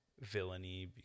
villainy